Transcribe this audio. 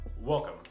Welcome